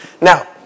Now